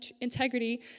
integrity